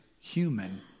human